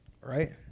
right